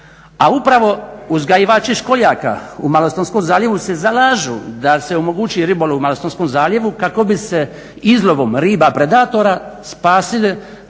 a upravo uzgajivači školjaka u Malostonskom zaljevu se zalažu da se omogući ribolov u Malostonskom zaljevu kako bi se izlovom riba predatora spasile